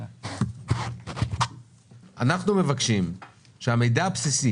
אנחנו מבקשים שהמידע הבסיסי